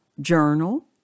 journal